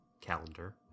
calendar